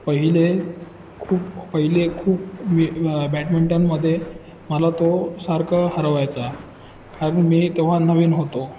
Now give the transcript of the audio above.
पहिले खूप पहिले खूप मी बॅडमिंटनमध्ये मला तो सारखं हरवायचा कारण मी तेव्हा नवीन होतो